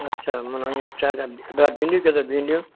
अछा माना इअं अच्छा भला भींडियूं कीअं अथव भींडियूं